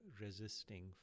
resisting